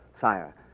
Sire